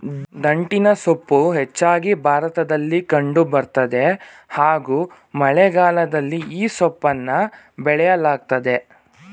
ದಂಟಿನಸೊಪ್ಪು ಹೆಚ್ಚಾಗಿ ಭಾರತದಲ್ಲಿ ಕಂಡು ಬರ್ತದೆ ಹಾಗೂ ಮಳೆಗಾಲದಲ್ಲಿ ಈ ಸೊಪ್ಪನ್ನ ಬೆಳೆಯಲಾಗ್ತದೆ